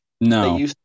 No